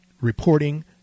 reporting